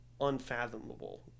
unfathomable